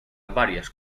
varias